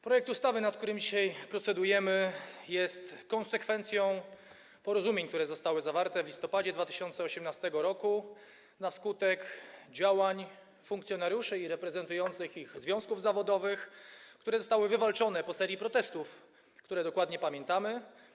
Projekt ustawy, nad którym dzisiaj procedujemy, jest konsekwencją porozumień, które zostały zawarte w listopadzie 2018 r. na skutek działań funkcjonariuszy i reprezentujących ich związków zawodowych, które zostały wywalczone po serii protestów, które dokładnie pamiętamy.